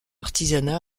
artisanat